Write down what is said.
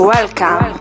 Welcome